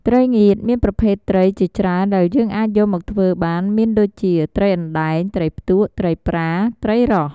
ត្រីងៀតមានប្រភេទត្រីជាច្រើនដែលយើងអាចយកមកធ្វើបានមានដូចជា ត្រីអណ្ដែង ត្រីផ្ទក់ ត្រីប្រា ត្រីរ៉ស់...។